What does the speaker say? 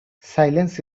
silence